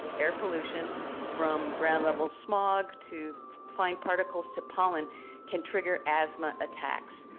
air pollution from ground-level smog to fine particles to pollen can trigger asthma attacks.